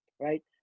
right